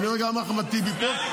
ואני רואה גם את אחמד טיבי פה,